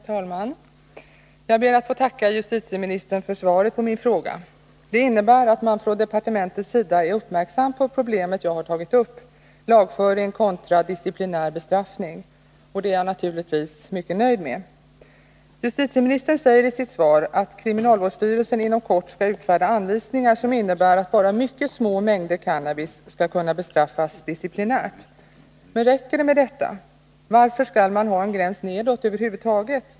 Herr talman! Jag ber att få tacka justitieministern för svaret på min fråga. Av svaret framgår att man från departementets sida är uppmärksam på det problem som jag har tagit upp— lagföring kontra disciplinär bestraffning. Det är jag naturligtvis mycket nöjd med. Justitieministern säger i sitt svar att kriminalvårdsstyrelsen inom kort skall utfärda anvisningar, som innebär att bara innehav av mycket små mängder cannabis skall kunna bestraffas disciplinärt. Räcker det med detta? Varför skall man ha en gräns nedåt över huvud taget?